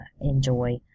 enjoy